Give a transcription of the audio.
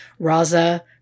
Raza